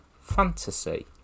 fantasy